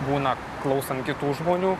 būna klausant kitų žmonių